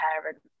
parents